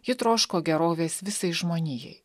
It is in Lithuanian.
ji troško gerovės visai žmonijai